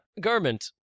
Garment